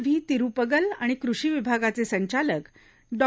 व्हातिरुपगल आणि कृषा विभागाचे संचालक डॉ